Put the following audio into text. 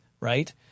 right